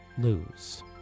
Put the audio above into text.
lose